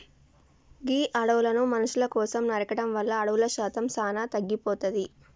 గీ అడవులను మనుసుల కోసం నరకడం వల్ల అడవుల శాతం సానా తగ్గిపోతాది